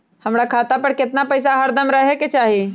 हमरा खाता पर केतना पैसा हरदम रहे के चाहि?